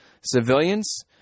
civilians